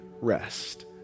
rest